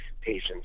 patients